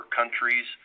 countries